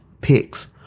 Picks